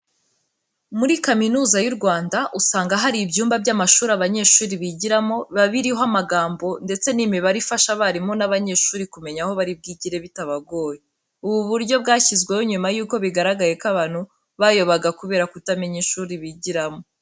Muri Kaminuza y'u Rwanda usanga hari ibyumba by'amashuri abanyeshuri bigiramo biba biriho amagambo ndetse n'imibare ifasha abarimu n'abanyeshuri kumenya aho bari bwigire bitabagoye. Ubu buryo, bwashyizweho nyuma yuko bigaragaye ko abantu bayobaga kubera kutamenya ishuri bigiramo.